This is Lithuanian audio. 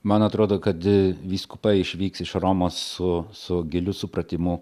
man atrodo kad vyskupai išvyks iš romos su su giliu supratimu